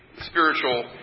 spiritual